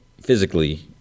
physically